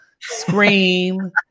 scream